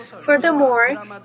Furthermore